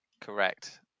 Correct